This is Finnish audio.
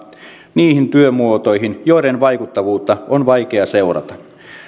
niihin työmuotoihin joiden vaikuttavuutta on vaikea seurata